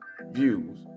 views